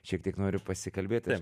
šiek tiek noriu pasikalbėti